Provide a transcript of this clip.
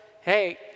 hey